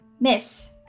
Miss